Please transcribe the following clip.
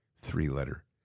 three-letter